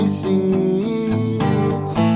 seats